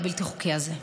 הבלתי-חוקי הזה.